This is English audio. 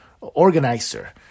organizer